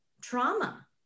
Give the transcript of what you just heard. trauma